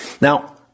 now